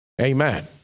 Amen